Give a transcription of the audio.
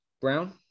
Brown